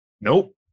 Nope